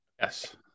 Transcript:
Yes